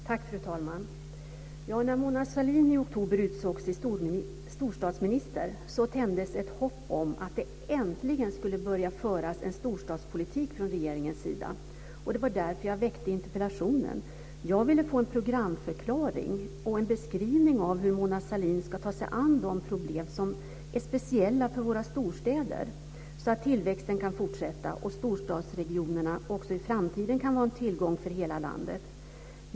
Fru talman! När Mona Sahlin i oktober utsågs till storstadsminister tändes ett hopp om att det äntligen skulle börja föras en storstadspolitik från regeringens sida. Det var därför jag väckte interpellationen. Jag ville få en programförklaring och en beskrivning av hur Mona Sahlin ska ta sig an de problem som är speciella för våra storstäder så att tillväxten kan fortsätta och så att storstadsregionerna också i framtiden kan vara en tillgång för hela landet.